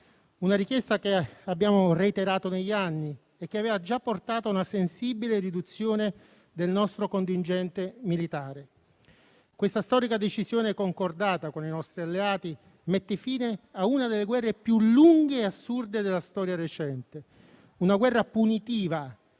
una richiesta che abbiamo reiterato negli anni e che aveva già portato a una sensibile riduzione del nostro contingente militare. Questa storica decisione concordata con i nostri alleati mette fine a una delle guerre più lunghe e assurde della storia recente: una guerra punitiva,